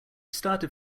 started